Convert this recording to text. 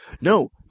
No